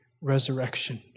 resurrection